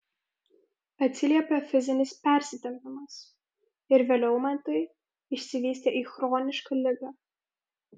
atsiliepė fizinis persitempimas ir vėliau man tai išsivystė į chronišką ligą